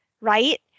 right